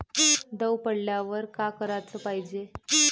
दव पडल्यावर का कराच पायजे?